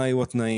מה היו התנאים,